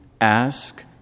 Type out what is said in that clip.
ask